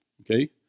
Okay